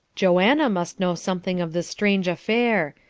joanna must know something of this strange affair.